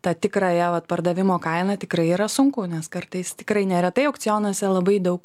tą tikrąją vat pardavimo kainą tikrai yra sunku nes kartais tikrai neretai aukcionuose labai daug